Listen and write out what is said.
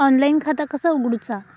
Online खाता कसा उगडूचा?